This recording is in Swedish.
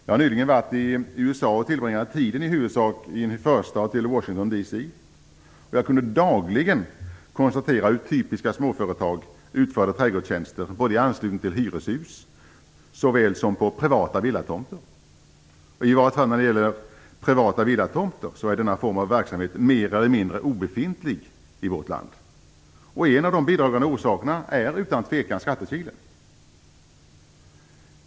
Jag har nyligen varit i USA och tillbringade i huvudsak tiden i en förstad till Washington D.C. Jag kunde dagligen konstatera hur typiska småföretag utförde trädgårdstjänster både i anslutning till hyreshus såväl som på privata villatomter. I vart fall när det gäller privata villatomter är denna form av verksamhet mer eller mindre obefintlig i vårt land. En av de bidragande orsakerna är utan tvekan skattekilen.